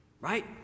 Right